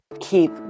keep